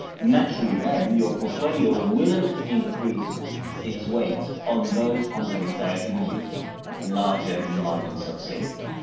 naturally then, your portfolio will increase its weights on those companies that are giving you larger margins of safety.